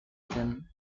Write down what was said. then